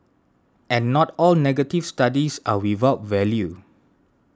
and not all negative studies are without value